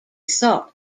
thought